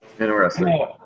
Interesting